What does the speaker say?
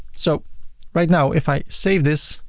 so right now if i save this